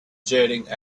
jetting